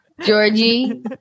Georgie